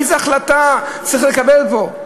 איזו החלטה צריך לקבל פה?